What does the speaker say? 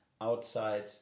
outside